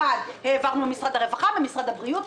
- העברנו ממשרד הרווחה למשרד הבריאות,